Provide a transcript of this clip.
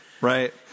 Right